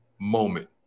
moment